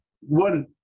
One